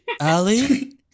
Ali